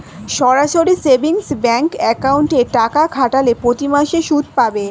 সরাসরি savings bank অ্যাকাউন্টে টাকা খাটালে প্রতিমাসে সুদ পাবে